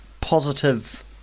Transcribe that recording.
positive